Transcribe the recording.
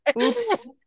oops